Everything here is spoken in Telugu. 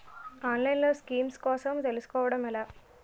ఆన్లైన్లో స్కీమ్స్ కోసం తెలుసుకోవడం ఎలా?